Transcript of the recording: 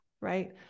Right